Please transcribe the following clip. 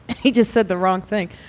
he just said the wrong thing